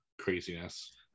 craziness